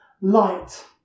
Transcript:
light